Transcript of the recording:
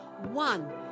One